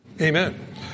amen